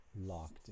locked